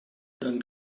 dann